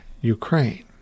Ukraine